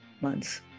months